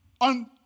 On